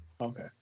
Okay